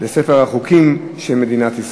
אין מתנגדים ואין נמנעים.